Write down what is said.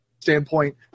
standpoint